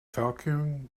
falcon